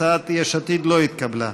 הצעת יש עתיד לא התקבלה.